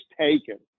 taken